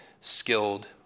skilled